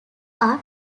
are